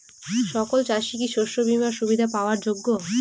সকল চাষি কি শস্য বিমার সুবিধা পাওয়ার যোগ্য?